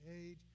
age